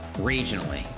regionally